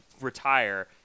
retire